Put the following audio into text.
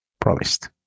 promised